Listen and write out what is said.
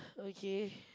okay